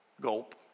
Gulp